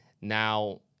Now